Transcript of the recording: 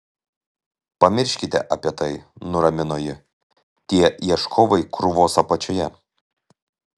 pamirškite apie tai nuramino ji tie ieškovai krūvos apačioje